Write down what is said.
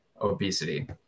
obesity